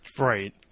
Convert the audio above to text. Right